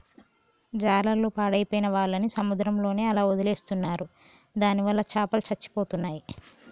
జాలర్లు పాడైపోయిన వాళ్ళని సముద్రంలోనే అలా వదిలేస్తున్నారు దానివల్ల చాపలు చచ్చిపోతున్నాయి